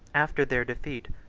after their defeat,